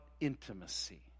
intimacy